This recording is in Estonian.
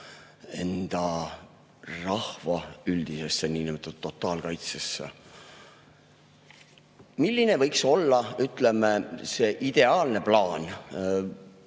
enda rahva üldisesse niinimetatud totaalkaitsesse. Milline võiks olla, ütleme, see ideaalne plaan?